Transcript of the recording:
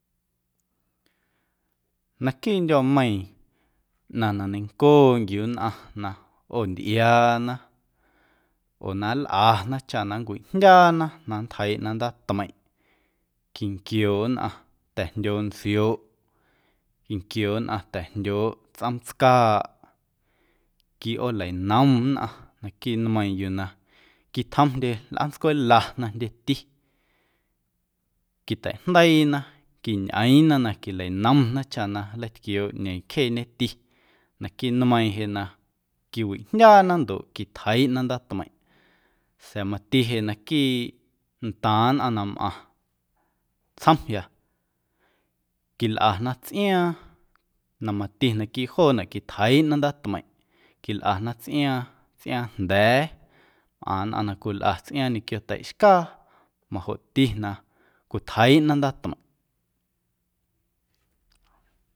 Naquiiꞌ ndyuaameiiⁿ ꞌnaⁿ na neiⁿncooꞌnquiu nnꞌaⁿ na ꞌoontꞌiaana oo na nlꞌana chaꞌ na nncwijndyaana ndoꞌ na nntjeiiꞌna ndaatmeiⁿꞌ quinquiooꞌ nnꞌaⁿ ta̱jndyooꞌ ntsioꞌ, quinquiooꞌ nnꞌaⁿ ta̱jndyooꞌ tsꞌoomtscaaꞌ, quiꞌooleinom nnꞌaⁿ naquiiꞌ nmeiiⁿ yuu na quitjomndye lꞌaantscwela na jndyeti quiteijdeiina, quiñꞌeeⁿna na quileinomna chaꞌ na nleitquiooꞌ ꞌñeeⁿ cjeeñeti naquiiꞌ nmeiiⁿ jeꞌ na quiwiꞌjndyaana ndoꞌ quitjeiiꞌna ndaatmeiⁿꞌ sa̱a̱ mati jeꞌ naquiiꞌntaaⁿ nnꞌaⁿ na mꞌaⁿ tsjomya quilꞌana tsꞌiaaⁿ na mati naquiiꞌ joonaꞌ quitjeiiꞌna ndaatmeiⁿꞌ, quilꞌana tsꞌiaaⁿ tsꞌiaaⁿjnda̱a̱, mꞌaⁿ nnꞌaⁿ na cwilꞌa tsꞌiaaⁿ ñequio teiꞌxcaa majoꞌti na cwitjeiiꞌna ndaatmeiⁿꞌ.